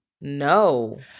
no